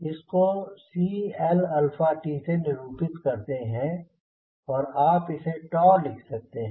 इसको CLtसे निरूपित करते हैं और आप इसे लिख सकते हैं